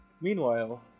Meanwhile